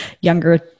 younger